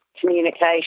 communication